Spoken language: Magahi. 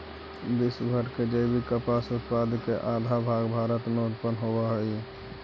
विश्व भर के जैविक कपास उत्पाद के आधा भाग भारत में उत्पन होवऽ हई